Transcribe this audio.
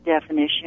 definition